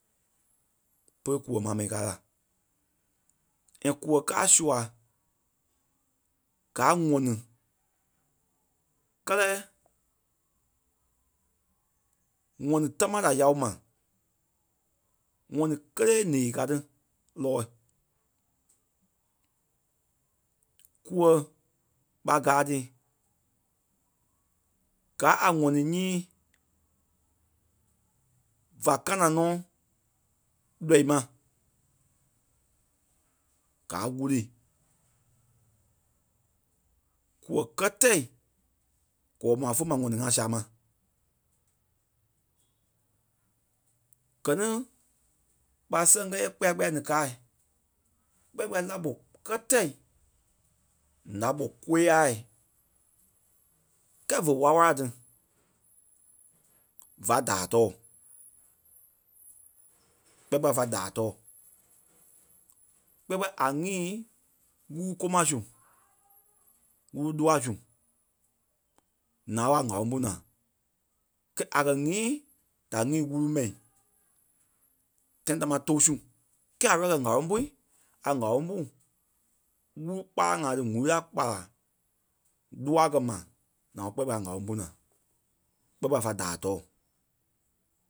Pe kûɛ ma mɛni káa la. And kûɛ káa a sua. Gaa a ŋɔni. Kɛ́lɛ ŋɔni támaa da yao ma. ŋɔni kélee ǹee kàa ti lɔɔ̂i. Kûɛ ɓa gaa ti gáa a ŋɔni nyii va kánaŋ nɔ lɔii ma. Gaa wûlee. Kûɛ kɛ́tɛ kɔɔ ma fe ma ŋɔni ŋai sâmai. Gɛ ni ɓa sɛŋ kɛɛ yɛ kpiya-kpiya ní kâa. Kpiya-kpiya lá-gbɔ kɛ́tɛ ǹá-gbɔ kôyaa, kɛɛ fe wála wala tí va daai tɔɔ. ɓɛɓɛ fá daai tɔɔ. Kpiya-kpiya a nyîi lúu kôma su, wúru loa su naa ɓé a ŋ̀áloŋ pú naa. Kɛ́ a kɛ̀ nyîi da nyîi wúru mɛi. Tãi támaa tóu su. Kɛɛ a ready kɛ̀ ŋ̀áloŋ pui a ŋ̀áloŋ pú wúru kpala ŋa tí ŋ̀úrui a kpala loa a kɛ̀ ma naa ɓé kpiya-kpiya a ŋ̀ûloŋ pú naa. kpiya-kpiya fá daai tɔɔ